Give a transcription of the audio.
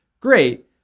Great